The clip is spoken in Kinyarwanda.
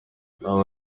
nawe